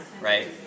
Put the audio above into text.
right